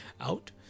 out